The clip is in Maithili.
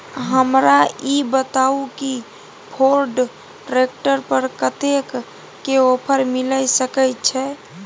हमरा ई बताउ कि फोर्ड ट्रैक्टर पर कतेक के ऑफर मिलय सके छै?